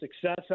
success